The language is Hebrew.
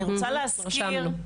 רשמנו.